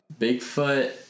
Bigfoot